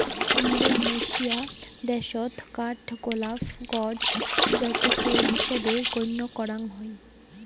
Indonesia দ্যাশত কাঠগোলাপ গছ জাতীয় ফুল হিসাবে গইণ্য করাং হই